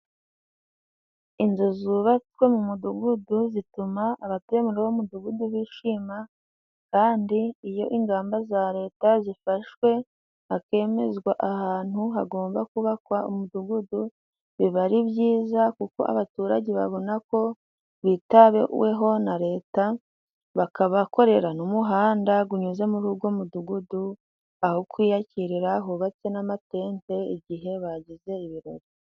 Inzu zubatswe mu mudugudu zituma abatuye muri uwo mudugudu bishima, kandi iyo ingamba za Leta zifashwe hakemezwa ahantu hagomba kubakwa umudugudu, biba ari byiza kuko abaturage babona ko bitaweho na Leta. bakabakorera n'umuhanda gunyuze muri ugo mudugudu, aho kwiyakirira hubatse n'amatente igihe bagize ibirori.